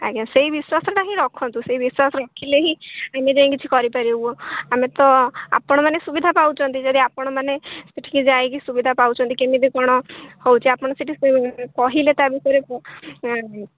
ଆଜ୍ଞା ସେଇ ବିଶ୍ୱାସଟା ହିଁ ରଖନ୍ତୁ ସେଇ ବିଶ୍ୱାସ ରଖିଲେ ହିଁ ଆମେ ଯାଇ କିଛି କରିପାରିବୁ ଆମେ ତ ଆପଣମାନେ ସୁବିଧା ପାଉଛନ୍ତି ଯଦି ଆପଣମାନେ ସେଠିକି ଯାଇକି ସୁବିଧା ପାଉଛନ୍ତି କେମିତି କଣ ହେଉଛି ଆପଣ ସେଠି କହିଲେ ତା ବିଷୟରେ